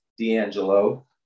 D'Angelo